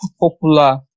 popular